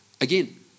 Again